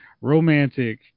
romantic